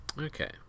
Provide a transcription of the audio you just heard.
Okay